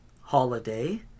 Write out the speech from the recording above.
holiday